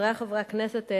חברי חברי הכנסת,